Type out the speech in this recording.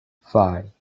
five